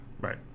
right